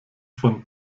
von